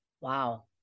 Wow